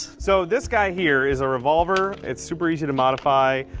so this guy here is a revolver, it's super easy to modify.